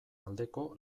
aldeko